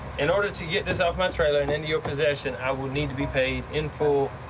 in order to get this off my trailer and into your possession, i will need to be paid in full,